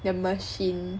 the machine